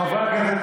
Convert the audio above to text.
חברי הכנסת,